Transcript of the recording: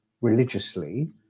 religiously